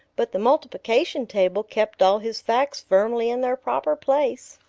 but the multiplication table kept all his facts firmly in their proper place!